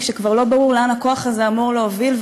כשכבר לא ברור לאן הכוח הזה אמור להוביל,